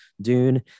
Dune